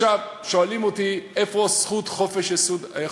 עכשיו, שואלים אותי איפה זכות חופש העיסוק.